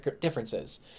differences